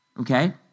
okay